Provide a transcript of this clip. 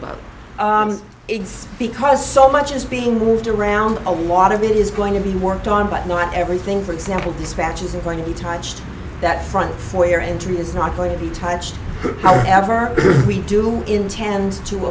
exists because so much is being moved around a lot of it is going to be worked on but not everything for example dispatches are going to be touched that front foyer entry is not going to be touched however we do intend to